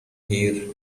here